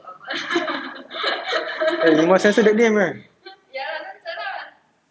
eh you must censor the name kan